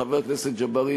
חבר הכנסת ג'בארין,